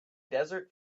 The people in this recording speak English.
desert